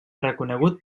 reconegut